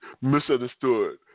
misunderstood